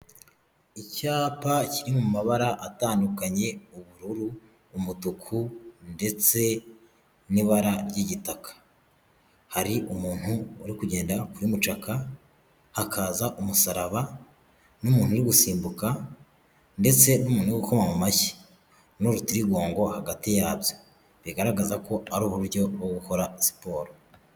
Icyapa kiri mu mabara atandukanye ubururu, umutuku ndetse n'ibara ry'igitaka. Hari umuntu uri kugenda kuri mucaka hakaza umusaraba n'umuntu uri gusimbuka ndetse n'umuntu uri gukoma mu mashyi n'urutirigongo hagati yabyo bigaragaza ko ari uburyo bwo gukora siporo.